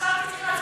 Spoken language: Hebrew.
עכשיו הסיבה,